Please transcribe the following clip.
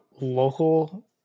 local